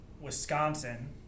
Wisconsin